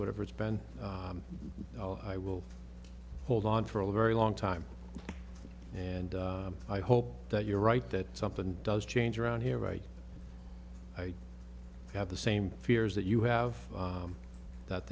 whatever it's been i will hold on for a very long time and i hope that you're right that something does change around here right i have the same fears that you have that